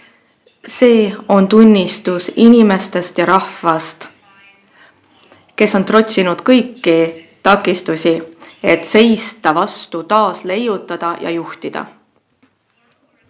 See on tunnistus inimestest ja rahvast, kes on trotsinud kõiki takistusi, et seista vastu, taasleiutada ja juhtida.